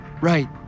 Right